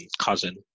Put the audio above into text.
cousin